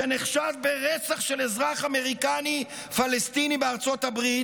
שנחשד ברצח של אזרח אמריקני-פלסטיני בארצות הברית,